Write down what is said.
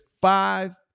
five